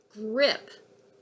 grip